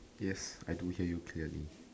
yes I do hear you clearly